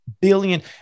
billion